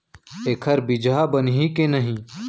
एखर बीजहा बनही के नहीं?